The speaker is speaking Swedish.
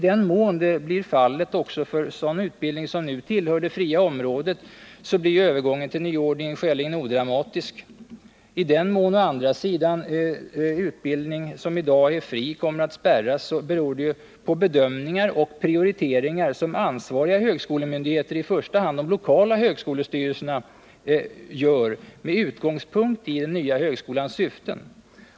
I den mån detta blir fallet också för sådan utbildning som f. n. tillhör det s.k. fria området blir ju övergången till nyordningen skäligen odramatisk. I den mån, å andra sidan, utbildning som i dag är fri kommer att spärras beror det på bedömningar och prioriteringar som ansvariga högskolemyndigheter, i första hand de lokala högskolestyrelserna, gör med utgångspunkt i den nya högskolans syften.